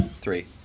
Three